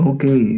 Okay